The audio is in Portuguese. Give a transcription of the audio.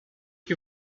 que